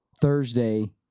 Thursday